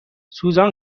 سوزان